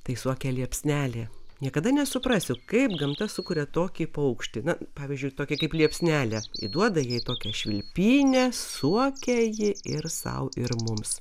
tai suokė liepsnelė niekada nesuprasiu kaip gamta sukuria tokį paukštį na pavyzdžiui tokį kaip liepsnelė įduoda jai tokią švilpynę suokia ji ir sau ir mums